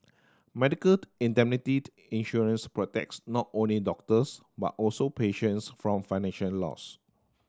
medical indemnity insurance protects not only doctors but also patients from financial loss